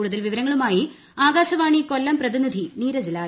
കൂടുതൽ വിവരങ്ങളുമായി ആകാശവാണി കൊല്ലം പ്രതിനിധി നീരജ് ലാൽ